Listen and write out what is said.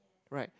right